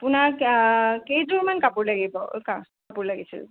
আপোনাক কেইযোৰ মান কাপোৰ লাগিব কাপোৰ লাগিছিল